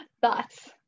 thoughts